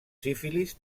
sífilis